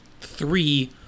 three